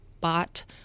bought